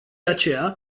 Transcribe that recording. aceea